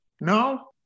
No